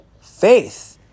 Faith